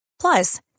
Plus